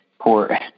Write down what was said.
poor